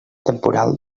temporal